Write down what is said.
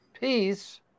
peace